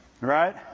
Right